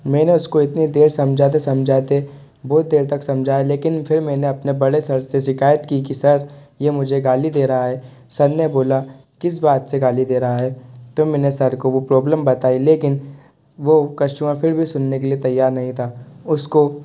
मैंने उसको इतनी देर समझाते समझाते बहुत देर तक समझाया लेकिन फिर मैंने अपने बड़े सर से शिकायत की कि सर ये मुझे गाली दे रहा है सर ने बोला किस बात से गाली दे रहा है तो मैंने सर को वो प्रॉब्लम बताई लेकिन वो कस्टूमर फिर भी सुनने के लिए तैयार नहीं था उसको